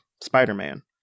spider-man